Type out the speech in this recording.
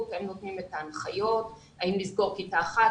שהוא זה שנותן את ההנחיות האם לסגור כיתה אחת,